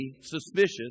suspicious